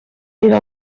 era